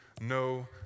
no